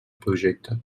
projecte